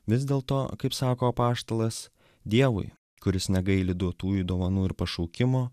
vis dėlto kaip sako apaštalas dievui kuris negaili duotųjų dovanų ir pašaukimo